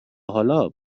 حالا